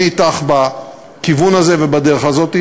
אני אתך בכיוון הזה ובדרך הזאת.